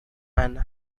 and